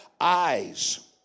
eyes